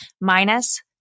minus